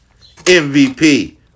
MVP